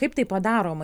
kaip tai padaroma